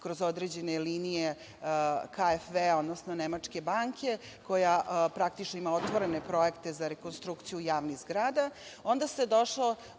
kroz određene linije KFV, odnosno Nemačke banke, koja praktično ima otvorene projekte za rekonstrukciju javnih zgrada. Onda se došlo,